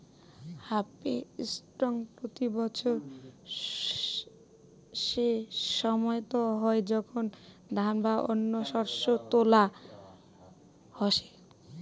harvesting প্রতি বছর সেসময়ত হই যখন ধান বা অন্য শস্য তোলা হসে